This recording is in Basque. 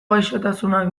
gaixotasunak